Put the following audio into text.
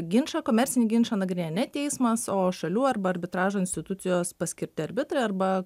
ginčą komercinį ginčą nagrinėja ne teismas o šalių arba arbitražo institucijos paskirti arbitrai arba